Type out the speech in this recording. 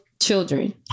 children